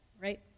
right